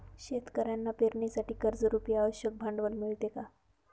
शेतकऱ्यांना पेरणीसाठी कर्जरुपी आवश्यक भांडवल मिळते का?